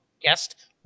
Guest